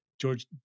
George